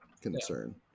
concern